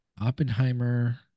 Oppenheimer